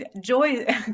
joy